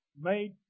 made